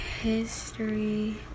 History